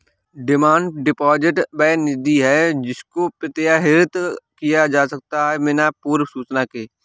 demand deposit वह निधि है जिसको प्रत्याहृत किया जा सकता है बिना पूर्व सूचना के